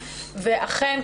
ואכן,